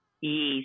Yes